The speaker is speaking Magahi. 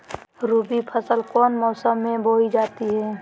रबी फसल कौन मौसम में बोई जाती है?